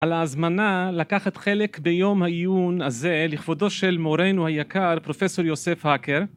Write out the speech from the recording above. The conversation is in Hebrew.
על ההזמנה לקחת חלק ביום העיון הזה לכבודו של מורנו היקר פרופסור יוסף הקר